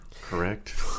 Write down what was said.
correct